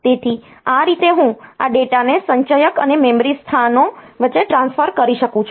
તેથી આ રીતે હું આ ડેટાને સંચયક અને મેમરી સ્થાનો વચ્ચે ટ્રાન્સફર કરી શકું છું